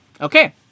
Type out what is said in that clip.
Okay